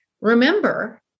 remember